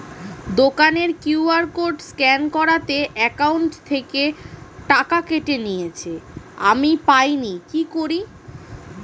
দোকানের QR code scan করাতে account থেকে টাকা কেটে নিয়েছে, আমি পাইনি কি করি?